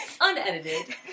Unedited